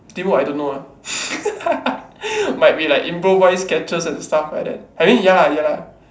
teamwork I don't know ah might be like improvise catches and stuff like that I mean ya lah ya lah